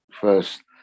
first